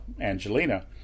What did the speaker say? Angelina